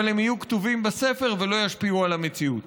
אבל הם יהיו כתובים בספר ולא ישפיעו על המציאות.